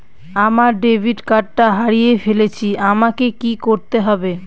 আমার ডেবিট কার্ডটা হারিয়ে ফেলেছি আমাকে কি করতে হবে?